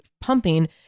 pumping